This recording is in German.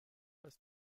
ist